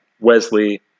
Wesley